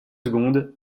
secondes